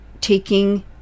taking